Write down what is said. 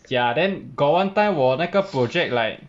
ya then got [one] time 我那个 project like